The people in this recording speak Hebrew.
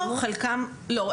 לא,